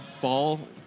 ball